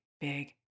big